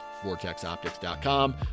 VortexOptics.com